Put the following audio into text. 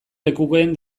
lekukoen